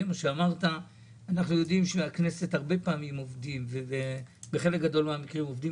אנחנו יודעים שבכנסת עובדים על פי תקדימים בחלק גדול מהמקרים.